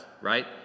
right